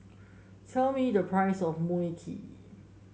tell me the price of Mui Kee